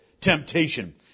temptation